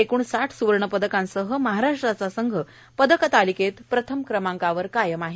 एक्ण साठ सुवर्ण पदकांसह महाराष्ट्राचा संघ पदक तालिकेत प्रथम क्रमांकावर कायम आहे